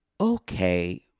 okay